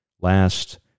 last